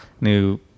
new